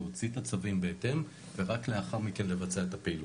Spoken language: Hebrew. להוציא את הצווים בהתאם ורק לאחר מכן לבצע את הפעילות,